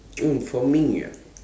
oh for me ah